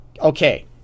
okay